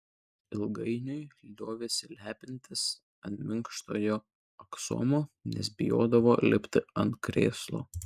ilgainiui liovėsi lepintis ant minkštojo aksomo nes bijodavo lipti ant krėslo